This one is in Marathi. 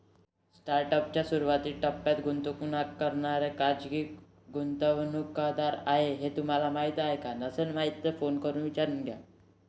स्टार्टअप च्या सुरुवातीच्या टप्प्यात गुंतवणूक करणारे खाजगी गुंतवणूकदार आहेत हे तुम्हाला माहीत आहे का?